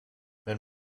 wenn